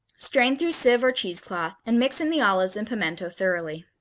strain through sieve or cheesecloth, and mix in the olives and pimiento thoroughly.